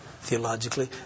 theologically